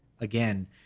again